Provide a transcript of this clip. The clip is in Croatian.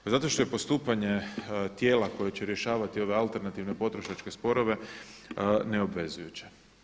Pa zato što je postupanje tijela koje će rješavati ove alternativne potrošačke sporove ne obvezujuća.